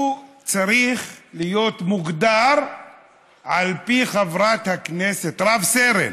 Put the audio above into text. הוא צריך להיות מוגדר על פי חברת הכנסת, רב-סרן,